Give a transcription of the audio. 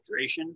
hydration